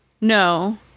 No